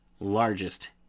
largest